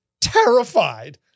Terrified